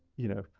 you know,